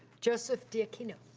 joseph d'aquino.